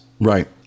Right